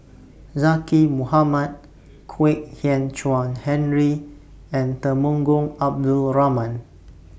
Zaqy Mohamad Kwek Hian Chuan Henry and Temenggong Abdul Rahman